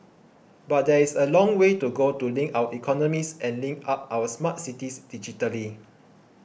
but there is a long way to go to link our economies and link up our smart cities digitally